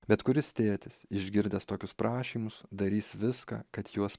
bet kuris tėtis išgirdęs tokius prašymus darys viską kad juos